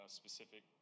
specific